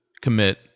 commit